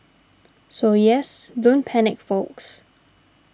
so yes don't panic folks